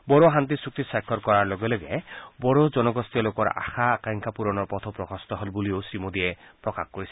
বড়ো শান্তি চুক্কি স্বাক্ষৰ কৰাৰ লগে লগে বড়ো জনগোষ্ঠীয় লোকৰ আশা আকাংক্ষা পুৰণৰ পথো প্ৰশস্ত হ'ল বুলিও শ্ৰীমোদীয়ে প্ৰকাশ কৰিছিল